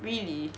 really